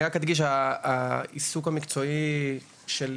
אני רק אדגיש שהעיסוק המקצועי שלי